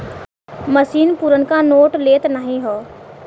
मसीन पुरनका नोट लेत नाहीं हौ